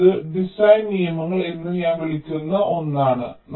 അതിനാൽ ഇത് ഡിസൈൻ നിയമങ്ങൾ എന്ന് ഞാൻ വിളിക്കുന്ന ഒന്നാണ്